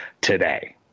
today